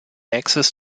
access